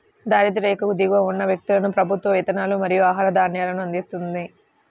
దారిద్య్ర రేఖకు దిగువన ఉన్న వ్యక్తులకు ప్రభుత్వం వేతనాలు మరియు ఆహార ధాన్యాలను అందిస్తుంది